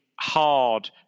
hard